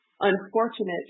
unfortunate